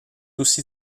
aussi